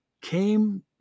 came